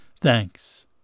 Thanks